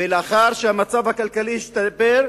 ולאחר שהמצב הכלכלי השתפר,